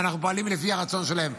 ואנחנו פועלים לפי הרצון שלהם,